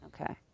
Okay